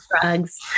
drugs